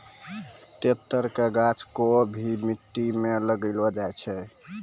तेतर के गाछ कोय भी मिट्टी मॅ लागी जाय छै